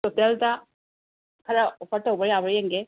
ꯇꯣꯇꯦꯜꯗ ꯈꯔ ꯑꯣꯐꯔ ꯇꯧꯕ ꯌꯥꯕ꯭ꯔꯥ ꯌꯦꯡꯒꯦ